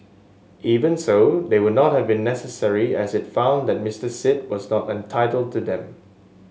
even so they would not have been necessary as it found that Mister Sit was not entitled to them